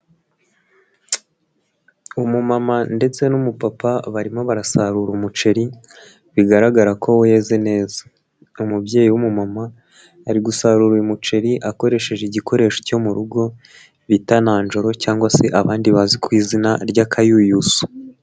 Umumama ndetse n'umupapa barimo barasarura umuceri bigaragara ko weze neza, umubyeyi w'umumama ari gusarura uyu muceri akoresheje igikoresho cyo mu rugo bita nanjoro cyangwa se abandi bazi ku izina ry'akayuyuzo.